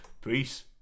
Peace